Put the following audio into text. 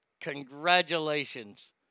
Congratulations